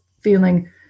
feeling